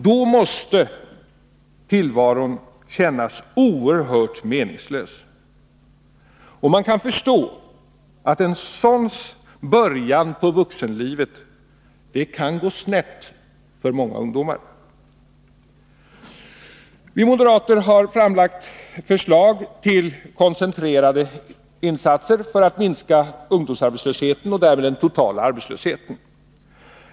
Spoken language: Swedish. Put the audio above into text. Då måste tillvaron kännas oerhört meningslös. Man kan förstå att det efter en sådan början på vuxenlivet kan gå snett för många ungdomar. Vi moderater har lagt fram förslag till koncentrerade insatser för att minska ungdomsarbetslösheten och därmed den totala arbetslösheten.